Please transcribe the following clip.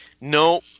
No